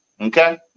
Okay